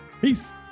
Peace